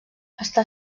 està